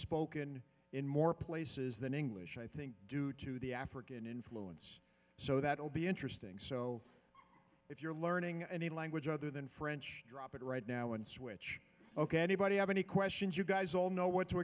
spoken in more places than english i think due to the african influence so that will be interesting so if you're learning any language other than french drop it right now and switch ok anybody have any questions you guys all know what to